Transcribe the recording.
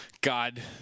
God